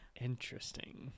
interesting